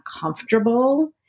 comfortable